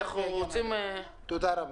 תודה רבה.